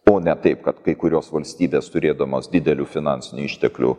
o ne taip kad kai kurios valstybės turėdamos didelių finansinių išteklių